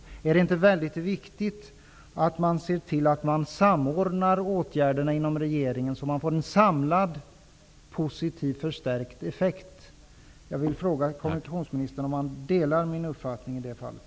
Är det inte mycket viktigt att man ser till att samordna åtgärderna inom regeringen så att man får en samlad positiv förstärkt effekt? Jag vill fråga kommunikationsministern om han delar min uppfattning i det fallet.